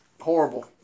horrible